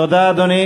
תודה, אדוני.